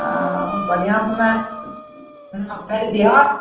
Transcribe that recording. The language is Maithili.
हँ बढ़िआँ सुना भेज दिहऽ